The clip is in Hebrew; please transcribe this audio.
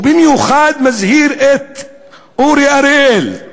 ובמיוחד מזהיר את אורי אריאל,